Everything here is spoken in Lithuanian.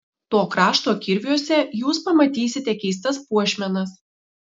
to krašto kirviuose jūs pamatysite keistas puošmenas